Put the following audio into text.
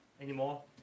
anymore